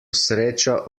sreča